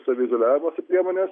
saviizoliavimosi priemones